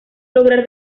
lograr